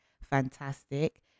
fantastic